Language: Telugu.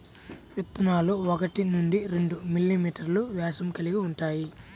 విత్తనాలు ఒకటి నుండి రెండు మిల్లీమీటర్లు వ్యాసం కలిగి ఉంటాయి